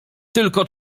tylko